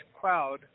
cloud